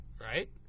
right